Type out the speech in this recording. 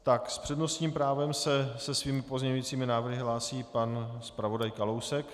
S přednostním právem se se svými pozměňovacími návrhy hlásí pan zpravodaj Kalousek.